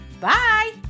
Bye